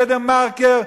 ב"דה מרקר",